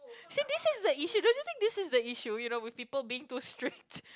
see this is the issue don't you think this is the issue you know with people being too strict